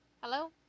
Hello